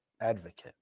advocate